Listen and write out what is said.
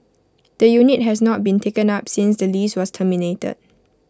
the unit has not been taken up since the lease was terminated